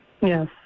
Yes